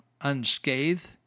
unscathed